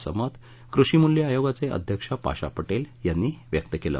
अस मत कृषी मूल्य आयोगाचे अध्यक्ष पाशा पटेल यांनी व्यक्त केलं